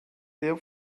sehr